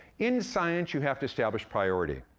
in science, you have to establish priority,